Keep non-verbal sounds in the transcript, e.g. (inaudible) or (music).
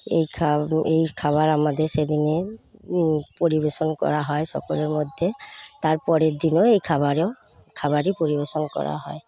এই (unintelligible) এই খাবার আমাদের সেইদিনে পরিবেশন করা হয় সকলের মধ্যে তারপরের দিনেও এই খাবারেও খাবারই পরিবেশন করা হয়